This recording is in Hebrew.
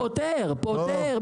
פותר, פותר.